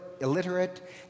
illiterate